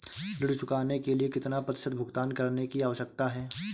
ऋण चुकाने के लिए कितना प्रतिशत भुगतान करने की आवश्यकता है?